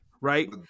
right